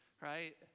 right